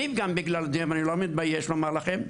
אני גם בגלל זה, אני לא מתבייש לומר לכם,